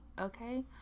okay